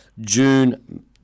June